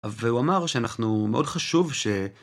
והוא אמר שאנחנו מאוד חשוב ש...